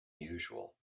usual